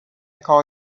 call